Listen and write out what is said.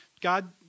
God